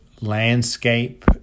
landscape